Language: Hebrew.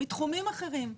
מתחומים אחרים,